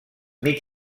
mig